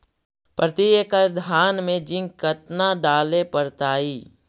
प्रती एकड़ धान मे जिंक कतना डाले पड़ताई?